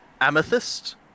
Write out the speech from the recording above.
Amethyst